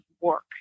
work